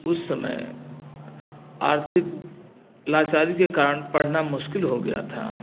उस समय आर्थिक लाचारी के कारण पढ़ना मुश्किल हो गया था